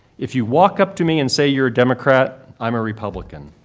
if you walk up to me and say you're a democrat, i'm a republican.